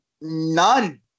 None